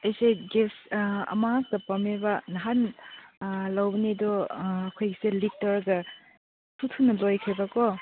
ꯑꯩꯁꯦ ꯒ꯭ꯌꯥꯁ ꯑꯃꯇ ꯄꯥꯝꯃꯦꯕ ꯅꯍꯥꯟ ꯂꯧꯕꯅꯤ ꯑꯗꯨ ꯑꯩꯈꯣꯏꯒꯤꯁꯦ ꯂꯤꯛ ꯇꯧꯔꯒ ꯊꯨ ꯊꯨꯅ ꯂꯣꯏꯈ꯭ꯔꯦꯕꯀꯣ